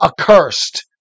accursed